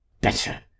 Better